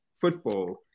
football